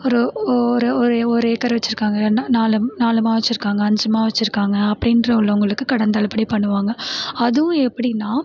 ஒரு ஒரு ஒரு ஒரு ஏக்கர் வச்சிருக்காங்கன்னால் நாலு நாலு மா வச்சிருக்காங்கள் அஞ்சு மா வச்சிருக்காங்கள் அப்ப்டின்ற உள்ளவங்களுக்கு கடன் தள்ளுபடி பண்ணுவாங்கள் அதுவும் எப்படின்னா